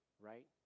right